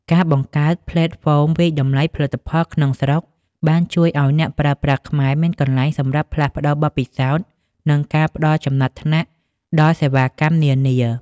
ការបង្កើតផ្លេតហ្វមវាយតម្លៃផលិតផលក្នុងស្រុក បានជួយឱ្យអ្នកប្រើប្រាស់ខ្មែរមានកន្លែងសម្រាប់ផ្លាស់ប្តូរបទពិសោធន៍ និងការផ្តល់ចំណាត់ថ្នាក់ដល់សេវាកម្មនានា។